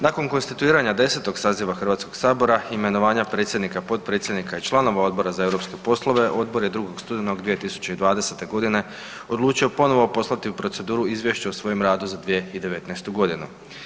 Nakon konstituiranja 10. saziva Hrvatskog sabora, imenovanja predsjednika, potpredsjednika i članova Odbora za europske poslove, odbor je 2. studenog 2020. g. odlučio ponovno postali u proceduru izvješće o svojem radu za 2019. godinu.